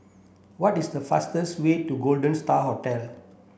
what is the fastest way to Golden Star Hotel